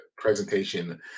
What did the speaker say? presentation